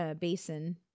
basin